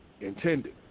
intended